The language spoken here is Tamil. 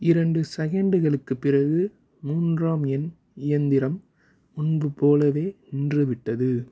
இரண்டு செகண்டுகளுக்குப் பிறகு மூன்றாம் எண் இயந்திரம் முன்பு போலவே நின்றுவிட்டது